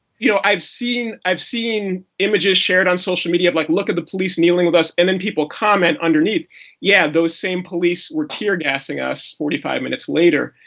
you know i've seen i've seen images shared on social media of like look at the police kneeling with us. and then people comment underneath yeah, those same police were tear gassing us forty five minutes later.